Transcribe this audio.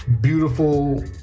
beautiful